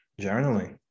journaling